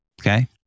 okay